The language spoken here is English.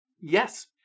yes